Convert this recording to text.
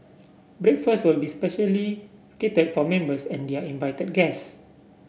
breakfast will be specially catered for members and their invited guests